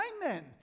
men